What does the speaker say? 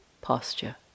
posture